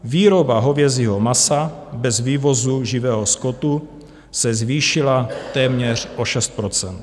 Výroba hovězího masa bez vývozu živého skotu se zvýšila téměř o 6 %.